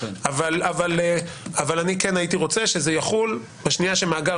אבל אני כן הייתי רוצה שזה יחול בשנייה שמאגר